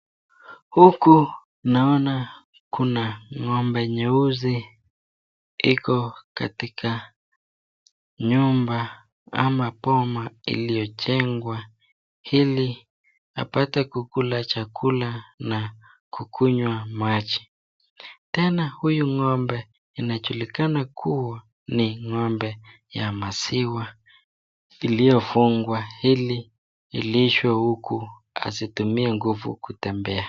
Huku naona kuna ng'ombe nyeusi iko katika nyumba boma iliyojengwa ili apate ukula chakula na maji. Tena huyu ng'ombe inajulikana kuwa ni ng'ombe ya maziwa iliyofungwa ili ilishwe huku asitumie nguvu kutembea.